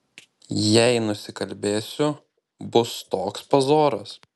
jei nusikalbėsiu bus toks pazoras